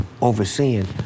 overseeing